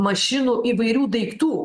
mašinų įvairių daiktų